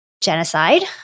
genocide